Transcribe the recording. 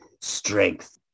strength